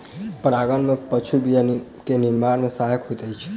परागन में पशु बीया के निर्माण में सहायक होइत अछि